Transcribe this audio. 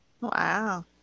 Wow